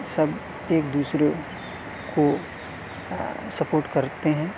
سب ایک دوسرے کو سپوٹ کرتے ہیں